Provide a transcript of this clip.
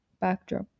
backdrop